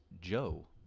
Joe